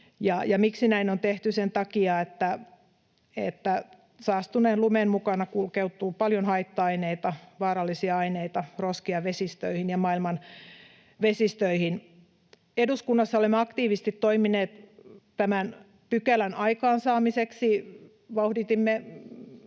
miksi näin on tehty? Sen takia, että saastuneen lumen mukana kulkeutuu paljon haitta-aineita, vaarallisia aineita, roskia maailman vesistöihin. Eduskunnassa olemme aktiivisesti toimineet tämän pykälän aikaansaamiseksi. Vauhditimme